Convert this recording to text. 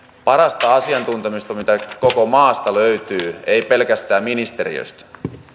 parasta asiantuntemusta mitä koko maasta löytyy ei pelkästään ministeriöstä